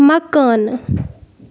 مکانہٕ